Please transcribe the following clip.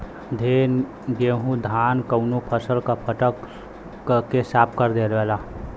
गेहू धान कउनो फसल क फटक के साफ कर देवेला